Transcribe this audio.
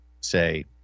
say